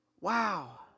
Wow